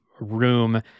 room